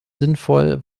sinnvoll